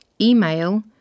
email